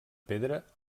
pedra